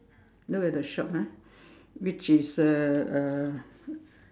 look at the shop ah which is uh uh